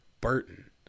Burton